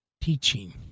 teaching